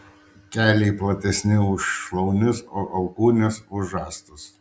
keliai platesni už šlaunis o alkūnės už žastus